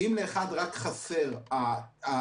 כי אם לאחד רק חסר האינטרנט,